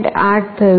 8 થયું છે